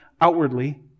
outwardly